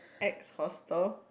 Egg Hostel